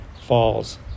falls